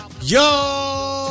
Yo